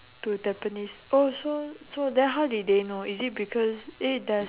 to tampines oh so so then how did they know is it because is it there's